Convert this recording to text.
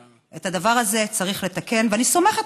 את הדבר הזה צריך לתקן ואני סומכת